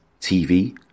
TV